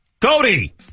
Cody